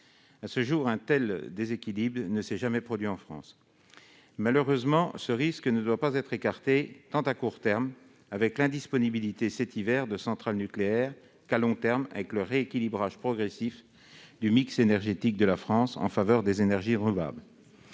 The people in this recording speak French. À ce jour, un tel déséquilibre ne s'est jamais produit en France. Malheureusement, ce risque ne doit pas être écarté, tant à court terme, avec l'indisponibilité, cet hiver, de centrales nucléaires, qu'à long terme, avec le rééquilibrage progressif du mix énergétique de la France en faveur des énergies renouvelables.